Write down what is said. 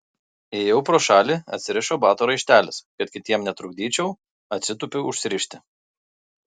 ėjau pro šalį atsirišo bato raištelis kad kitiems netrukdyčiau atsitūpiau užsirišti